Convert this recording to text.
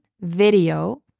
video